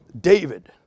David